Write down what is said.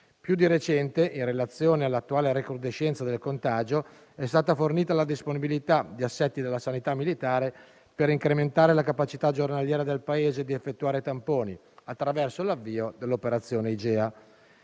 Più di recente, in relazione all'attuale recrudescenza del contagio, è stata fornita la disponibilità di assetti della sanità militare per incrementare la capacità giornaliera del Paese di effettuare tamponi attraverso l'avvio dell'operazione Igea.